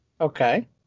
Okay